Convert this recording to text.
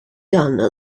done